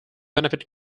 benefit